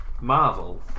Marvel